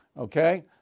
Okay